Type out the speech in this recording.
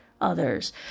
others